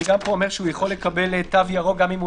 גם פה זה אומר שהוא יכול לקבל תו ירוק גם אם הוא